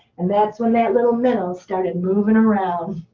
and that's when that little minnow started moving around.